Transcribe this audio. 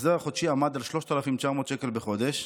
ההחזר החודשי עמד על 3,900 שקלים בחודש,